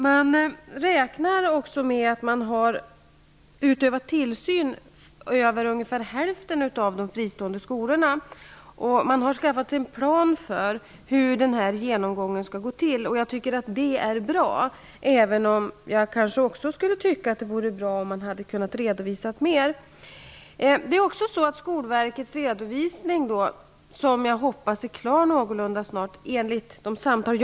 Skolverket räknar med att tillsynen har utövats för över hälften av de fristående skolorna. Verket har tagit fram en plan för hur genomgången skall gå till. Jag tycker att det är bra, även om jag tycker att det skulle vara bra om mer kunde redovisas. Enligt de samtal jag har haft med verkets tjänstemän kommer Skolverkets redovisning att snart vara klar.